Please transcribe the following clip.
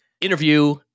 interview